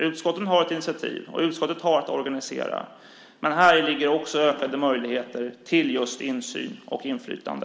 Utskotten har ett initiativ, och utskotten har att organisera, men häri ligger också ökade möjligheter till just insyn och inflytande.